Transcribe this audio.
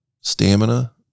stamina